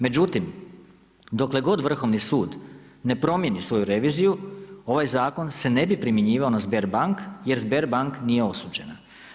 Međutim, dokle god Vrhovni sud ne promijeni svoju reviziju ovaj zakon se ne bi primjenjivao na Sberbank, jer Sberbank nije osuđena.